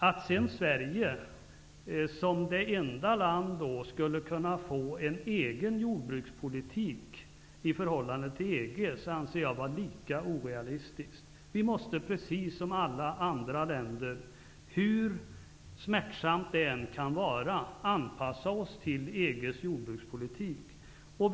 Att Sverige som enda land skulle tillåtas att bedriva sin egen jordbrukspolitik i förhållande till EG anser jag vara lika orealistiskt. Precis som alla andra länder måste vi anpassa oss till EG:s jordbrukspolitik, hur smärtsamt det än kan vara.